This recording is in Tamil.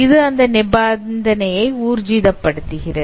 இது அந்த நிபந்தனையை ஊர்ஜிதப் படுத்துகிறது